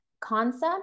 concept